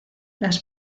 las